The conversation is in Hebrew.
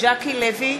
ז'קי לוי,